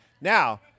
Now